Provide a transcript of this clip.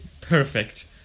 perfect